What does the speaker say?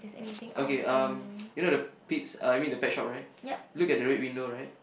okay um you know the Pete's I mean the pet shop right look at the red window right